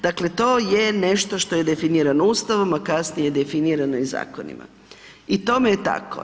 Dakle to je nešto što je definirano Ustavom a kasnije je definirano i zakonima i tome je tako.